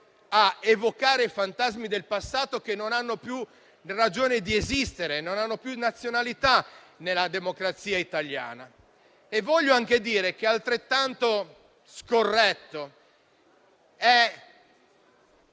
a evocare fantasmi del passato che non hanno più ragione di esistere, non hanno più nazionalità nella democrazia italiana. Altrettanto scorretto è